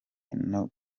ngo